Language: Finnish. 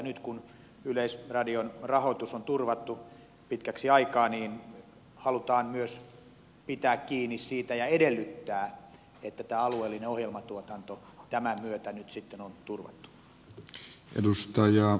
nyt kun yleisradion rahoitus on turvattu pitkäksi aikaa halutaan myös pitää kiinni siitä ja edellyttää että tämä alueellinen ohjelmatuotanto tämän myötä nyt sitten on turvattu